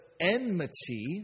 enmity